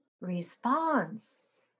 response